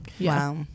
Wow